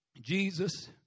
Jesus